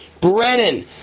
Brennan